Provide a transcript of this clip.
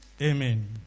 Amen